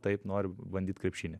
taip noriu pabandyt krepšinį